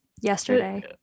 yesterday